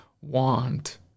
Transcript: want